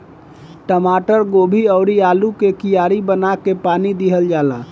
टमाटर, गोभी अउरी आलू के कियारी बना के पानी दिहल जाला